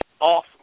awesome